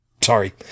Sorry